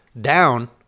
down